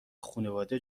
خونواده